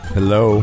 Hello